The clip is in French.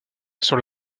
sur